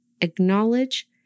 acknowledge